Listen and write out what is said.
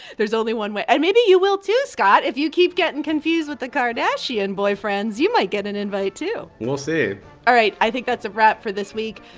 there's only one way and maybe you will, too, scott. if you keep getting confused with the kardashian boyfriends, you might get an invite, too we'll see all right. i think that's a wrap for this week.